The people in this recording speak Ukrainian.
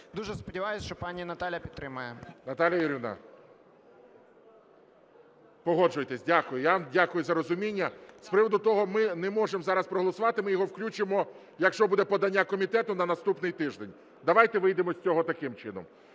Дуже сподіваюсь, що пані Наталія підтримає. ГОЛОВУЮЧИЙ. Наталія Юріївна, погоджуєтесь? Я вам дякую за розуміння. З приводу того, ми не можемо зараз проголосувати, ми його включимо, якщо буде подання комітету на наступний тиждень. Давайте вийдемо з цього таким чином.